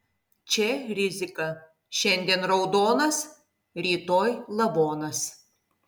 čia rizika šiandien raudonas rytoj lavonas